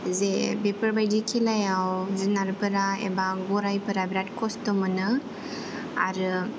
जे बेफोरबादि खेलाआव जुनारफोरा एबा गरायफोरा बिरात खस्त' मोनो आरो